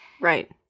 Right